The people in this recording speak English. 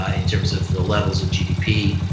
ah in terms of the levels of gdp,